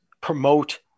promote